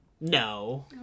No